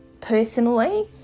personally